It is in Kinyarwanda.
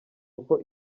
uko